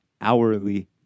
hourly